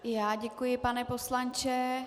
I já děkuji, pane poslanče.